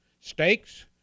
Steaks